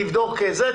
תבדוק זה,